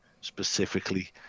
specifically